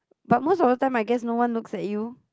but most of the time I guess no one looks at you